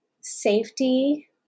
safety